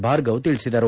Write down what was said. ಭಾರ್ಗವ ತಿಳಿಸಿದರು